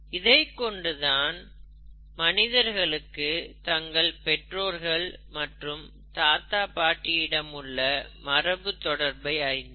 இதைக் கொண்டுதான் மனிதர்களுக்கு தங்கள் பெற்றோர்கள் மற்றும் தாத்தா பாட்டி இடம் உள்ள மரபு தொடர்பை அறிந்தோம்